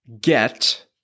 get